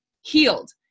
healed